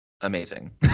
Amazing